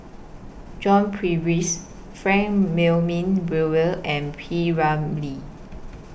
John Purvis Frank Brewer and P Ramlee